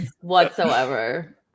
whatsoever